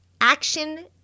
Action